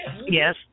Yes